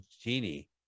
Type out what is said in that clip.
genie